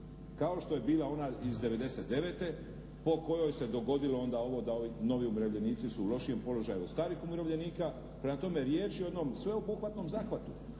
kao što je bila ona iz '99. po kojoj se dogodilo onda ovo da ovi novi umirovljenici su u lošijem položaju od starih umirovljenika. Prema tome, riječ je o jednom sveobuhvatnom zahvatu